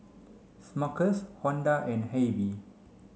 Smuckers Honda and AIBI